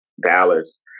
Dallas